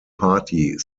party